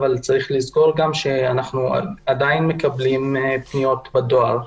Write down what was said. אבל צריך גם לזכור שאנחנו מקבלים פניות בדואר רגיל,